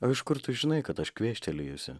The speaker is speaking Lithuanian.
o iš kur tu žinai kad aš kvėštelėjusi